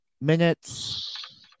minutes